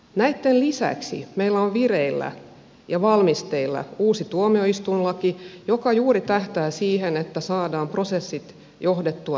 näitten lisäksi meillä on vireillä ja valmisteilla uusi tuomioistuinlaki joka juuri tähtää siihen että saadaan prosesseja johdettua sujuvammin